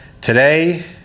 Today